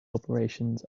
operations